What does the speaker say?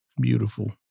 Beautiful